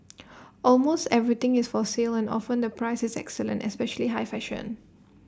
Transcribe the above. almost everything is for sale and often the price is excellent especially high fashion